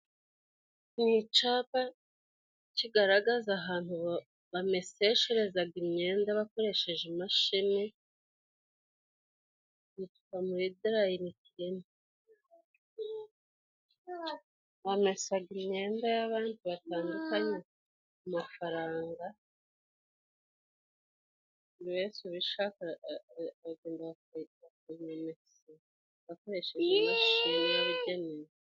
Ni icapa kigaragaza ahantu bamesesherezaga imyenda bakoresheje imashini, hitwa muri darayi kirina. Bamesaga imyenda y'abantu batandukanye ku mafaranga, buri wese ubishaka, bagomba kumumesera bakoresheje imashini yabugenewe.